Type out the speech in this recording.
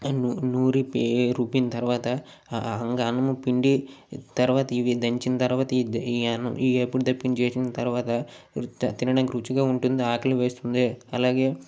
నూరి పె రుబ్బిన తర్వాత గానము పిండి తర్వాత ఇవి దంచిన తర్వాత ఇవి ఎప్పుడు తప్పించి చేసిన తర్వాత తి తినడానికి రుచిగా ఉంటుంది ఆకలి వేస్తుంది అలాగే